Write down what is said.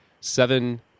Seven